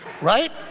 right